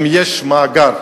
אם יש מאגר,